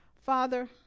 Father